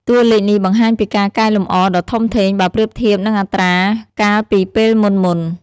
តួលេខនេះបង្ហាញពីការកែលម្អដ៏ធំធេងបើប្រៀបធៀបនឹងអត្រាកាលពីពេលមុនៗ។